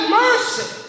mercy